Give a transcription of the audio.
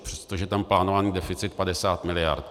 Přestože je tam plánovaný deficit 50 mld.